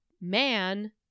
man